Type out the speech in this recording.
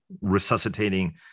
resuscitating